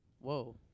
Whoa